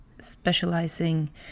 specializing